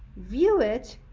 view it,